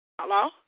Hello